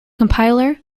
compiler